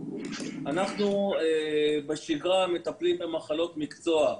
בשגרה אנחנו מטפלים במחלות מקצוע,